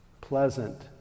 pleasant